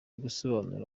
gusobanura